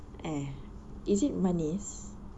eh is it manis